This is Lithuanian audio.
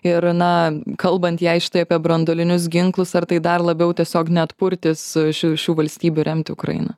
ir na kalbant jei štai apie branduolinius ginklus ar tai dar labiau tiesiog neatpurtys šių šių valstybių remti ukrainą